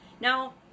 Now